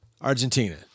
Argentina